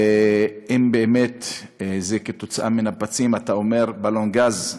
ואם באמת זה בגלל נפצים, אתה אומר בלון גז,